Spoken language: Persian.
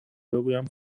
بگویم